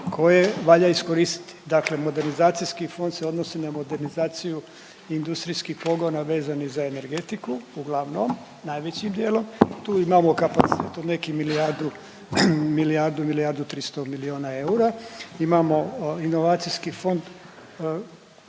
koje valja iskoristiti. Dakle Modernizacijski fond se odnosi na modernizaciju industrijskih pogona vezanih za energetiku uglavnom najvećim dijelom. Tu imamo kapacitet od nekih milijardu, milijardu-milijardu 300 milijuna eura. Imamo Inovacijski fond,